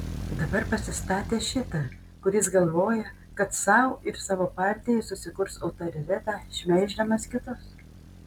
dabar pasistatė šitą kuris galvoja kad sau ir savo partijai susikurs autoritetą šmeiždamas kitus